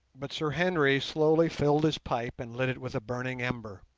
but sir henry slowly filled his pipe and lit it with a burning ember.